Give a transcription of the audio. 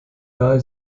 nahe